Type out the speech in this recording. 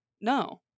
No